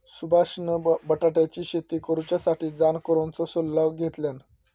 सुभाषान बटाट्याची शेती करुच्यासाठी जाणकारांचो सल्लो घेतल्यान